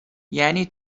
یعنی